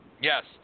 Yes